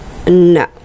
No